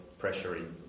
pressuring